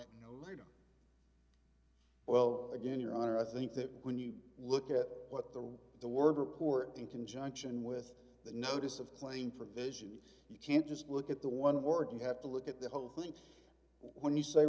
know well again your honor i think that when you look at what the the word report in conjunction with the notice of claim provision you can't just look at the one word you have to look at the whole thing when you say